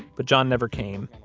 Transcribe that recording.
but john never came.